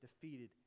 defeated